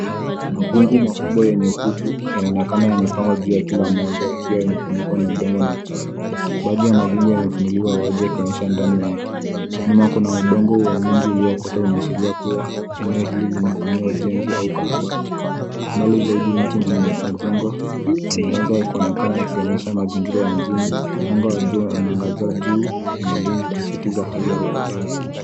Magugu makubwa yenye kutu yanaonekana yamepangwa kwa kila moja yakiwa yamefunikwa na udongo na uchafu. Baadhi ya magugu yamefunuliwa wazi yakionyesha ndani yake. Nyuma kuna udongo wa wingi uliookotwa unaashiria kuwa eneo hili linafanyiwa ujenzi au ukarabati. Mbali zaidi miti na majengo yanaweza kuonekana yakionyesha mazingira ya mjini. Mwanga wa jua unaangaza juu ya magugu ikisisitiza hali ukutu.